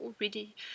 already